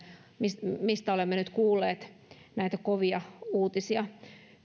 mistä mistä olemme nyt kuulleet näitä kovia uutisia